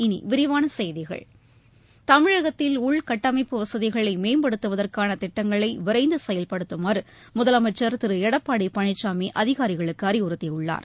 இனி விரிவான செய்திகள் தமிழகத்தில் உள்கட்டமைப்பு வசதிகளை மேம்படுத்துவதற்கான திட்டங்களை விரைந்து செயல்படுத்துமாறு முதலனமச்சர் திரு எடப்பாடி பழனிசாமி அதிகாரிகளுக்கு அறிவுறுத்தியுள்ளார்